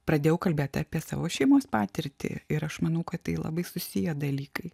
pradėjau kalbėt apie savo šeimos patirtį ir aš manau kad tai labai susiję dalykai